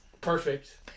Perfect